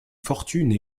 fortune